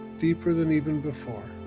deeper than even before,